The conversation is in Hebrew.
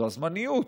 זה הזמניות.